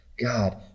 God